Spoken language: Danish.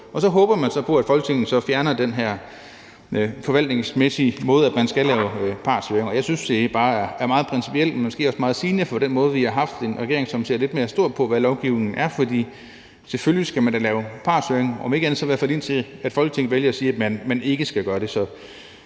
og så håber man på, at Folketinget så fjerner det her forvaltningsmæssige princip om, at man skal lave partshøring. Jeg synes, det bare er meget principielt, men måske også meget sigende for den regering, vi har, at den ser lidt mere stort på, hvad lovgivningen er, fordi man da selvfølgelig skal lave partshøring, om ikke andet så i hvert fald, indtil Folketinget vælger at sige, at man ikke skal gøre det.